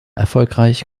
erfolgreich